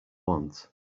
want